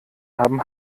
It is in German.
haben